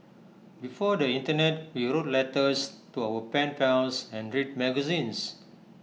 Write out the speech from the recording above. before the Internet we wrote letters to our pen pals and read magazines